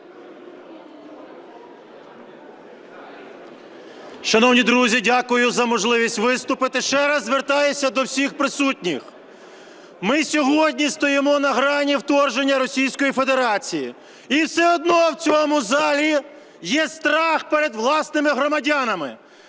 Шановні друзі, дякую за можливість виступити. Ще раз звертаюся до всіх присутніх. Ми сьогодні стоїмо на грані вторгнення Російської Федерації. І все одно в цьому залі є страх перед власними громадянами